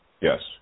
Yes